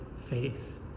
faith